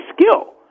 skill